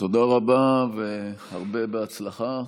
תודה רבה והרבה הצלחה.